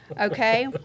Okay